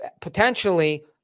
potentially